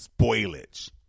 spoilage